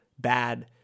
bad